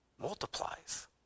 multiplies